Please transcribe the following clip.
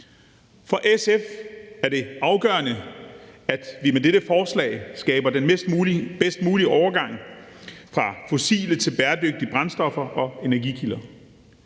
For SF er det afgørende, at vi med dette forslag skaber den bedst mulige overgang fra fossile til bæredygtige brændstoffer og energikilder.